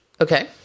Okay